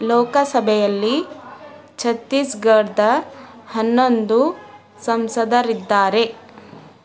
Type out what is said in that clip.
ಲೋಕಸಭೆಯಲ್ಲಿ ಛತ್ತೀಸ್ಗಢದ ಹನ್ನೊಂದು ಸಂಸದರಿದ್ದಾರೆ